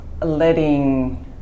letting